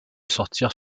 sortir